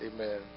Amen